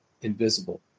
invisible